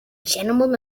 gentlemen